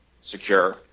secure